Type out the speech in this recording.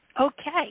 Okay